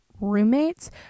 roommates